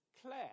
Claire